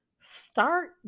Start